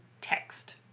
text